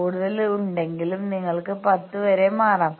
കൂടുതൽ ഉണ്ടെങ്കിൽ നിങ്ങൾക്ക് 10 വരെ മാറാം